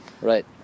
Right